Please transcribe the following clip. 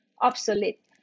obsolete